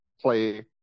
play